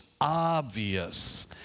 obvious